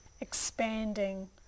expanding